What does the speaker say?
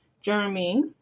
Jeremy